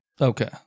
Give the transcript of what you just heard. Okay